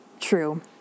true